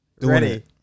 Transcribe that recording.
Ready